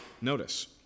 Notice